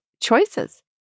choices